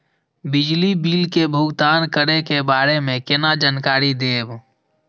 बिजली बिल के भुगतान करै के बारे में केना जानकारी देब?